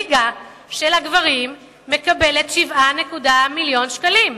מינהלת הליגה של הגברים מקבלת 7.1 מיליוני שקלים.